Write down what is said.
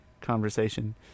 conversation